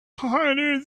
hotter